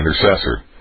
intercessor